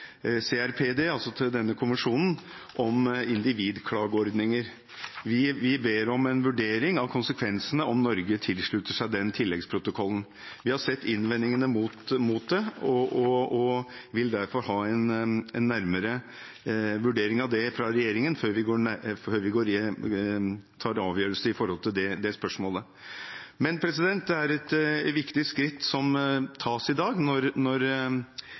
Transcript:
CRPD, altså denne konvensjonen, om individklageordninger, der vi ber om en vurdering av konsekvensene om Norge tilslutter seg den tilleggsprotokollen. Vi har sett innvendingene mot det og vil derfor ha en nærmere vurdering av det fra regjeringen før vi tar en avgjørelse om det spørsmålet. Det er et viktig skritt som tas i dag når de tre rød-grønne partiene i justiskomiteen går inn for dette, og når